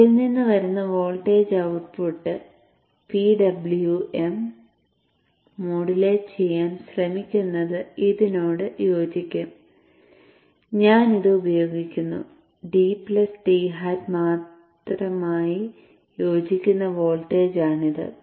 ഇതിൽ നിന്ന് വരുന്ന ഒരു വോൾട്ടേജ് ഔട്ട്പുട്ട് PWM മോഡുലേറ്റ് ചെയ്യാൻ ശ്രമിക്കുന്നത് ഇതിനോട് യോജിക്കും ഞാൻ ഇത് ഉപയോഗിക്കുന്നു d പ്ലസ് d hat മായി യോജിക്കുന്ന വോൾട്ടേജ് ആണ് ഇത്